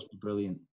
brilliant